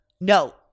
no